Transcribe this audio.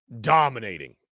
Dominating